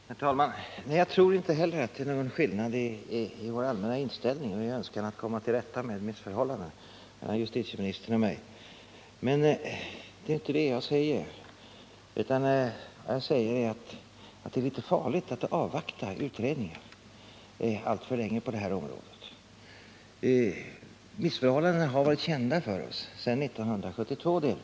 Herr talman! Nej, jag tror inte heller att det är någon skillnad mellan justitieministern och mig i vår allmänna inställning och vår önskan att komma till rätta med missförhållandena. Men det var inte det jag sade. Jag sade att det är litet farligt att på det här området avvakta utredningar alltför länge. Missförhållandena har delvis varit kända för oss sedan 1972.